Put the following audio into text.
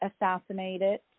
assassinated